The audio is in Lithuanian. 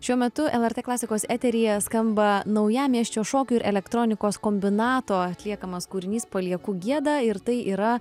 šiuo metu lrt klasikos eteryje skamba naujamiesčio šokių ir elektronikos kombinato atliekamas kūrinys palieku gieda ir tai yra